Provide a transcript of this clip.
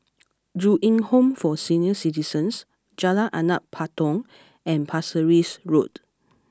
Ju Eng Home for Senior Citizens Jalan Anak Patong and Pasir Ris Road